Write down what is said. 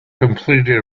completed